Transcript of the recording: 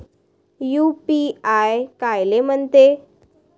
UPI कायले म्हनते?